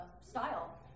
style